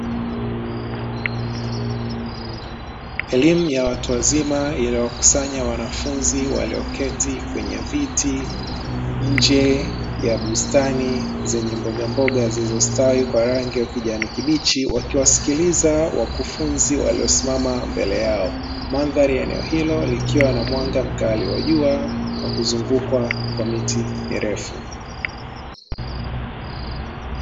Elimu ya watu wazima iliyowakusanya wanafunzi walioketi kwenye viti nje ya bustani zenye mbogamboga zilizostawi kwa rangi ya kijani kibichi, wakiwasikiliza wakufunzi waliosimama mbele yao. Mandhari ya eneo hilo likiwa na mwanga mkali wa jua na kuzungukwa na miti mirefu.